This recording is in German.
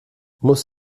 muss